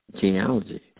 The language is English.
genealogy